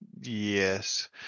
Yes